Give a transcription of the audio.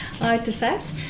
artifacts